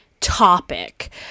topic